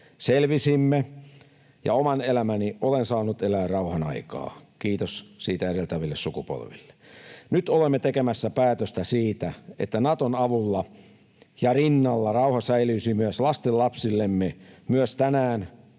Selvisimme, ja oman elämäni olen saanut elää rauhanaikaa, kiitos siitä edeltäville sukupolville. Nyt olemme tekemässä päätöstä siitä, että Naton avulla ja rinnalla rauha säilyisi myös lastenlapsillemme, myös tänään